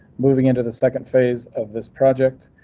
moving into the second phase of this project,